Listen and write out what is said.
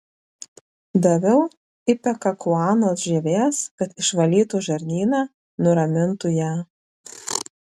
daviau ipekakuanos žievės kad išvalytų žarnyną nuramintų ją